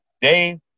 Dave